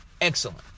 excellent